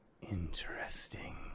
interesting